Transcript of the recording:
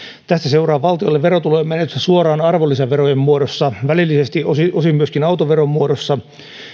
tästä seuraa valtiolle verotulojen menetystä suoraan arvonlisäverojen muodossa välillisesti osin osin myöskin autoveron muodossa